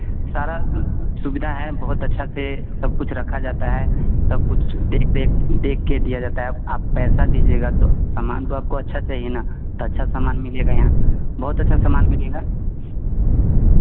सारा सुविधा है बहुत अच्छा से सब कुछ रखा जाता है सब कुछ देख रेख देख के दिया जाता है अब आप पैसा दीजिएगा तो सामान तो आपको अच्छा चहिए ना तो अच्छा सामान मिलेगा यहाँ बहुत अच्छा सामान मिलेगा